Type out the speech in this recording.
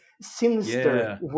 sinister